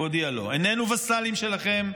הוא הודיע לו: "איננו וסלים שלכם,